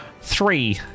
Three